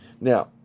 Now